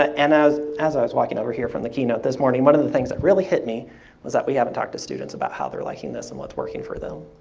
and as as i was walking over here from the keynote this morning, one of the things that really hit me was that we haven't talked to students about how they are liking this and what's working for them.